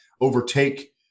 overtake